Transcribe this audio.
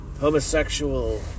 Homosexual